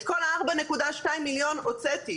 את כל הארבע נקודה שניים מיליון הוצאתי.